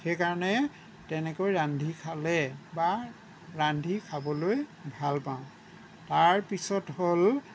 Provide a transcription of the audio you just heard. সেইকাৰণে তেনেকৈ ৰান্ধি খালে বা ৰান্ধি খাবলৈ ভাল পাওঁ তাৰ পিছত হ'ল